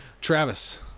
Travis